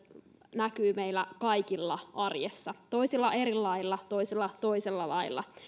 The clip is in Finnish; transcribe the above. näkyvät meillä kaikilla arjessa toisilla eri lailla toisilla toisella lailla